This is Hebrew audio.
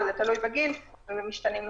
זה תלוי בגיל ובמשתנים נוספים.